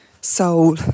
soul